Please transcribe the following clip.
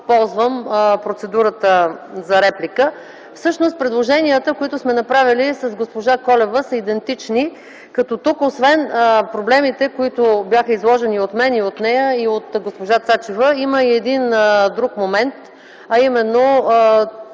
формално ползвам процедурата за реплика. Всъщност предложенията, които сме направили с госпожа Колева, са идентични. Като тук освен проблемите, които бяха изложени от мен и от нея, и от госпожа Цачева, има и един друг момент, а именно